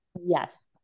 Yes